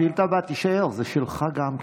תישאר, השאילתה הבאה שלך גם כן?